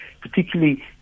particularly